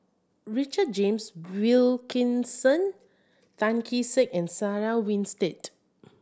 Richard James Wilkinson Tan Kee Sek and Sarah Winstedt